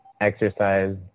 Exercise